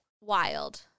wild